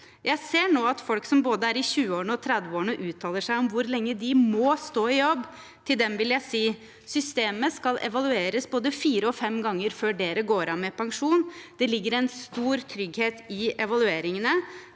Jeg ser nå at folk både i 20-årene og 30-årene uttaler seg om hvor lenge de må stå i jobb. Til dem vil jeg si: Systemet skal evalueres både fire og fem ganger før dere går av med pensjon. Det ligger en stor trygghet i evalueringene.